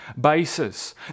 basis